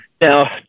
Now